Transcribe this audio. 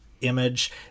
image